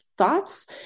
thoughts